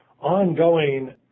ongoing